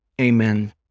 amen